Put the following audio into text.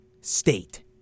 State